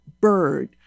bird